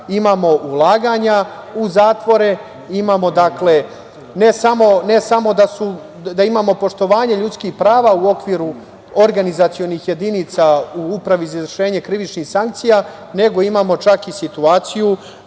imamo ulaganja u zatvore, ne samo da imamo poštovanje ljudskih prava u okviru organizacionih jedinica u Upravi za izvršenje krivičnih sankcija, nego imamo čak i situaciju